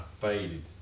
faded